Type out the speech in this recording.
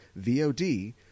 vod